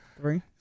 Three